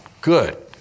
good